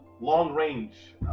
long-range